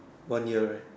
one year right